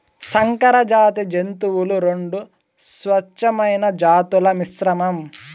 సంకరజాతి జంతువులు రెండు స్వచ్ఛమైన జాతుల మిశ్రమం